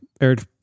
Eric